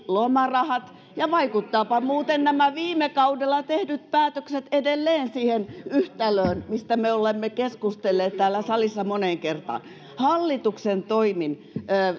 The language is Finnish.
lomarahat ja vaikuttavatpa muuten nämä viime kaudella tehdyt päätökset edelleen siihen yhtälöön mistä me olemme keskustelleet täällä salissa moneen kertaan hallituksen toimin